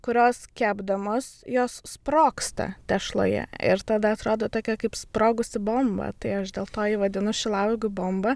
kurios kepdamos jos sprogsta tešloje ir tada atrodo tokia kaip sprogusi bomba tai aš dėl to jį vadinu šilauogių bomba